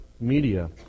media